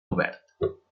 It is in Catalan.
obert